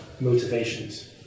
motivations